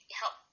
help